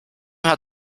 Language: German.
hat